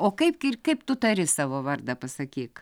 o kaip kir kaip tu tari savo vardą pasakyk